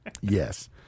Yes